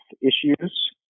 issues